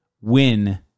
win